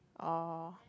oh